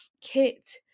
kit